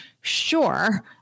sure